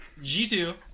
G2